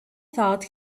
thought